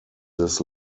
this